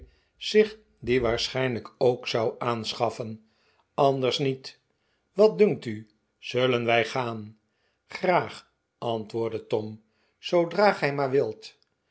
zich die waarschijnlijk ook zou aanschaffen anders niets wat dunkt u zullen wij gaan graag antwoordde tom zoodra gij maar wilt